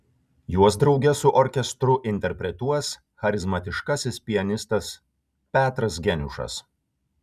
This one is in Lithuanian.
juos drauge su orkestru interpretuos charizmatiškasis pianistas petras geniušas